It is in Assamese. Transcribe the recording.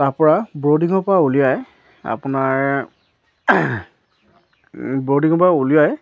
তাৰ পৰা ব'ৰ্ডিঙৰ পৰা উলিয়াই আপোনাৰ বৰ্ডিঙৰ পৰা উলিয়াই